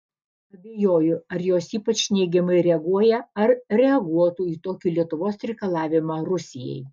abejoju ar jos ypač neigiamai reaguoja ar reaguotų į tokį lietuvos reikalavimą rusijai